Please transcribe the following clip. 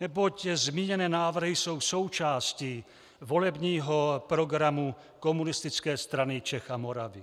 neboť zmíněné návrhy jsou součástí volebního programu Komunistické strany Čech a Moravy.